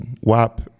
WAP